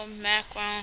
Macron